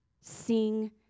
sing